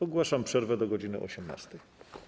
Ogłaszam przerwę do godz. 18.